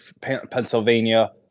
Pennsylvania